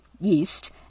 yeast